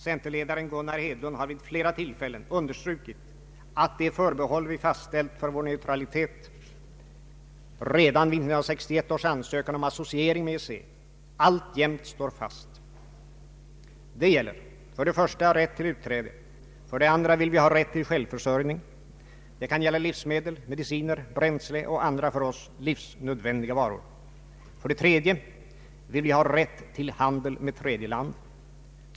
Centerledaren Gunnar Hedlund har vid flera tillfällen understrukit att de förbehåll vi fastställt för vår neutralitet redan vid 1961 års ansökan om associering med EEC alltjämt står fast. Det gällar för det första rätt till utträde. För det andra vill vi ha rätt till självförsörjning. Det kan gälla livsmedel, mediciner, bränsle och andra för oss livsnödvändiga varor. För det tredje vill vi ha rätt till handel med tredje land.